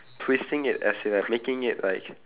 twisting it as in like making it like